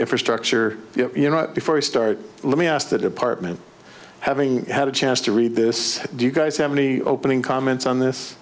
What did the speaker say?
infrastructure you know before we start let me ask the department having had a chance to read this do you guys have any opening comments on this